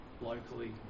locally